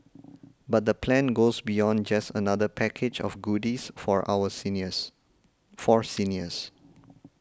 but the plan goes beyond just another package of goodies for our seniors for seniors